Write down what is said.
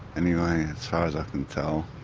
anyway, as far as i can tell.